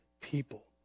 people